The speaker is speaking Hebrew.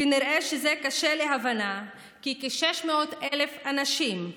כנראה זה קשה להבנה כי כ-600,000 אנשים,